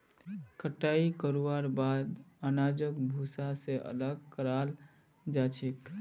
कटाई करवार बाद अनाजक भूसा स अलग कराल जा छेक